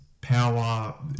power